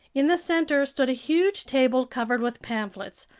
in the center stood a huge table covered with pamphlets,